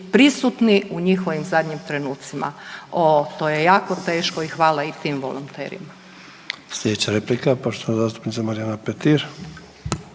prisutni u njihovim trenucima. O to je jako teško i hvala i tim volonterima.